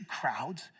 crowds